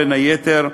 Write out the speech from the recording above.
בין היתר,